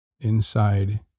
inside